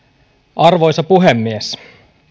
arvoisa puhemies